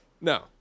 No